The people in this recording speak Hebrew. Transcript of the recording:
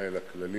למה נותנים